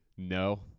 No